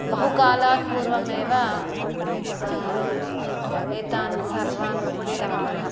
बहु कालात् पूर्वमेव एतान् सर्वान् क्रीतवन्तः